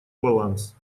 баланс